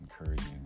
encouraging